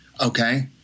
okay